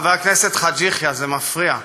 חבר הכנסת חאג' יחיא, זה מפריע.